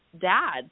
dad